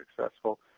successful